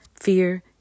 fear